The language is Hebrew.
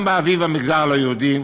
גם באביב במגזר הלא-יהודי.